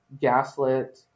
gaslit